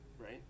right